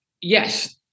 yes